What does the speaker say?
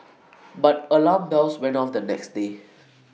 but alarm bells went off the next day